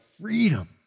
freedom